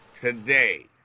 today